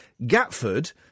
Gatford